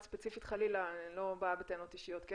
חלילה אני לא באה בטענות אישיות,